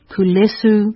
Kulesu